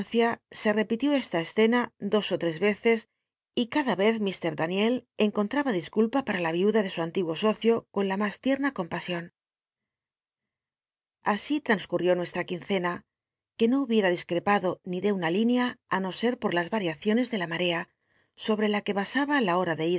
se repitió esta escena dos ó lles veces y cada vez mr daniel encontraba disculpa para la viuda de su antiguo sócio con la mas tierna compasion así llascurrió nucstm qu incena que no hu jiem disctcpaclo ni de una línea á no set por las ariaciones de la marca sobtc la que basaba la hom de